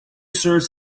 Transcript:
serves